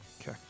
Okay